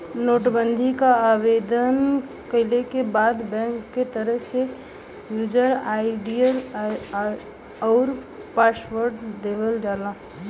net banking क आवेदन कइले के बाद बैंक क तरफ से यूजर आई.डी आउर पासवर्ड देवल जाला